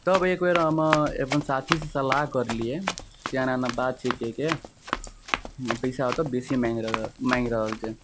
तब एक बेर हम अपन चाचीसे सलाह करलिए से एना एना बात छै कहिके पइसा ओतऽ बेसी माँगि माँगि रहल छै